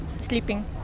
Sleeping